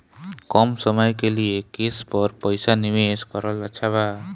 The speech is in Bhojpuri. कम समय के लिए केस पर पईसा निवेश करल अच्छा बा?